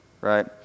right